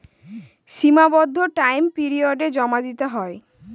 সীমাবদ্ধ টাইম পিরিয়ডে জমা দিতে হয়